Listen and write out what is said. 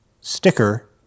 Sticker